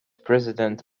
president